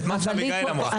את מה שאביגיל אמרה.